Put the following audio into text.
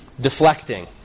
deflecting